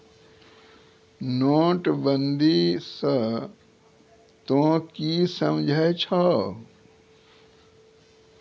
नोटबंदी स तों की समझै छौ